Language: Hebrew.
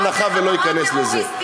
בעקבות אוסלו,